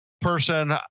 person